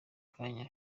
kanya